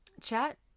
chat